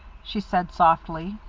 she said softly,